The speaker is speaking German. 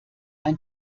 ein